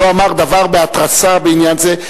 לא אמר דבר בהתרסה בעניין זה.